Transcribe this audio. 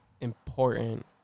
important